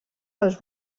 dels